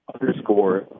underscore